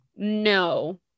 no